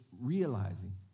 realizing